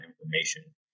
information